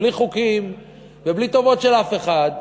בלי חוקים ובלי טובות של אף אחד,